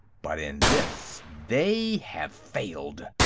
but in this, they have failed.